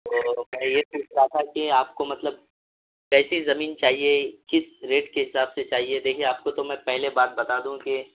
تو میں یہ پوچھ رہا تھا کہ آپ کو مطلب کیسی زمین چاہیے کس ریٹ کے حساب سے چاہیے دیکھیے آپ کو تو میں پہلے بات بتا دوں کہ